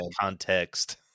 context